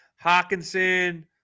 Hawkinson